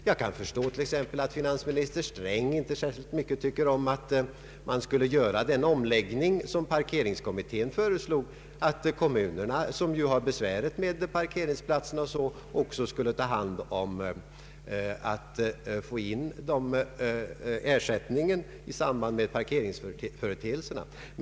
Jag kan förstå t.ex. att finansminister Sträng inte tycker särskilt mycket om att man skulle göra den omläggning som parkeringskommittén föreslog, nämligen att kommunerna som ju har besväret med parkeringsplatserna också skulle ta hand om ersättningen i samband med parkeringsförseelserna.